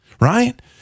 right